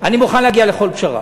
אני מוכן להגיע לכל פשרה.